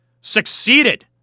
succeeded